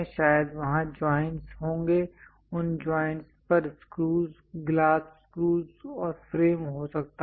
शायद वहाँ जॉइंट्स होंगे उन जॉइंट्स पर स्क्रूज ग्लास स्क्रूज और फ्रेम हो सकता है